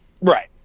Right